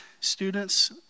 Students